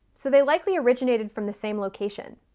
so they likely originated from the same location.